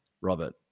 Robert